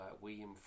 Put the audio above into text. William